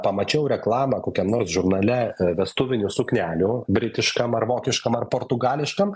pamačiau reklamą kokiam nors žurnale vestuvinių suknelių britiškam ar vokiškam ar portugališkam